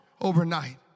overnight